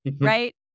right